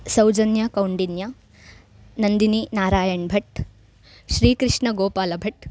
सौजन्यः कौण्डिन्यः नन्दिनी नारायणः भट् श्रीकृष्णगोपालः भट्